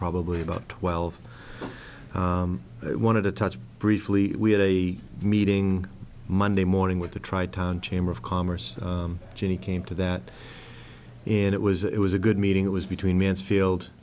probably about twelve wanted to touch briefly we had a meeting monday morning with the tri town chamber of commerce cheney came to that and it was it was a good meeting it was between mansfield